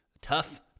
tough